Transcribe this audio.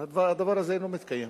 הדבר הזה אינו מתקיים,